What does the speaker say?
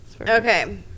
Okay